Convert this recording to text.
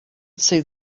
see